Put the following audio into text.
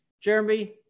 Jeremy